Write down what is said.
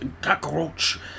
cockroach